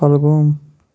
Kulgam